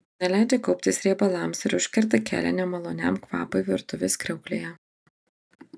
neleidžia kauptis riebalams ir užkerta kelią nemaloniam kvapui virtuvės kriauklėje